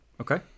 Okay